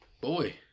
boy